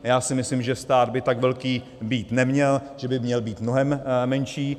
Já si myslím, že stát by tak velký být neměl, že by měl být mnohem menší.